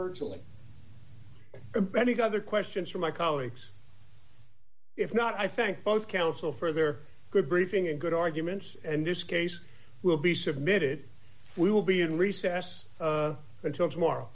virtually impending other questions for my colleagues if not i thank both counsel for their good briefing and good arguments and this case will be submitted we will be in recess until tomorrow